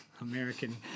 American